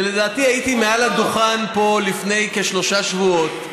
לדעתי הייתי מעל הדוכן פה לפני כשלושה שבועות,